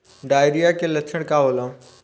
Diarrhoea के लक्षण का होला?